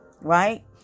right